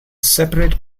separate